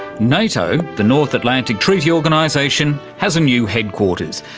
nato the north atlantic treaty organisation has a new headquarters,